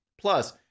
Plus